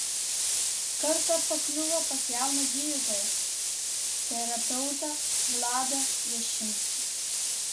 kartą pakliuvo pas jauną gydytoją terapeutą vladą jašinską